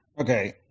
Okay